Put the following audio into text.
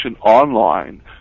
online